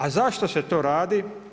A zašto se to radi?